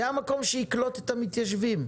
זה המקום שיקלוט את המתיישבים.